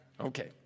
Okay